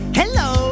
hello